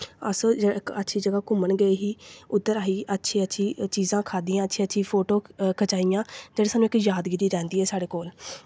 अस जेह्ड़ी इक अच्छी जगह् घूमन गे ही उद्धर असीं अच्छी अच्छी चीज़ां खाद्धियां अच्छी अच्छी फोटो खचाइयां जेह्ड़ी सानू इक यादगिरी रैंह्दी ऐ साढ़े कोल